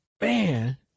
man